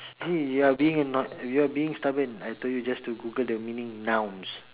see you are being anno~ you are being stubborn I told you just to Google the meaning nouns